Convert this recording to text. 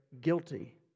guilty